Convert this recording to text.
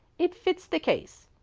it fits the case.